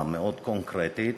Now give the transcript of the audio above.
המאוד-קונקרטית,